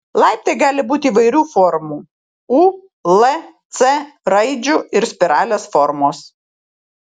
laiptai gali būti įvairių formų u l c raidžių ar spiralės formos